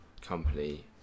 company